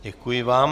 Děkuji vám.